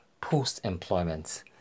post-employment